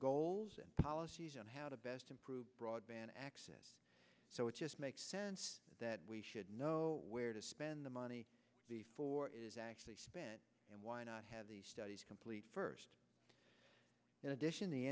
goals and policies on how to best improve broadband access so it just makes sense that we should know where to spend the money before is actually spent and why not have these studies complete first in addition the